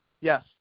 Yes